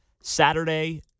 Saturday